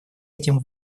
этим